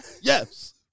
Yes